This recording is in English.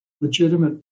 legitimate